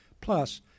Plus